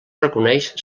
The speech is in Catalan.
reconeix